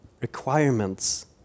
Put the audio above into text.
requirements